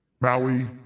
Maui